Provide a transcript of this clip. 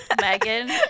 Megan